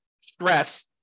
stress